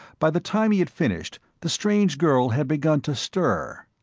by the time he had finished, the strange girl had begun to stir.